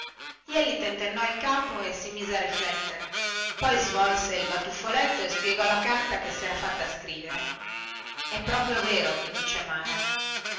jeli tentennò il capo e si mise a riflettere poi svolse il batuffoletto e spiegò la carta che sera fatta scrivere è proprio vero che dice mara